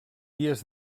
dies